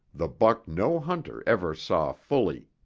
the buck no hunter ever saw fully.